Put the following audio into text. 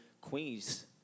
Queens